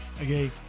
okay